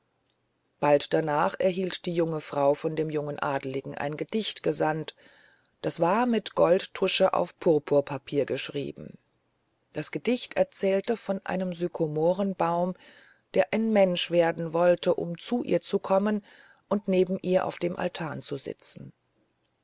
bald danach erhielt die junge frau von dem jungen adligen ein gedicht gesandt das war mit goldtusche auf purpurpapier geschrieben das gedicht erzählte von einem sykomorenbaum der ein mensch werden wollte um zu ihr zu kommen und neben ihr auf dem altan zu sitzen